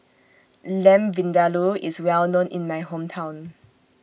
Lamb Vindaloo IS Well known in My Hometown